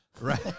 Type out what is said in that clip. right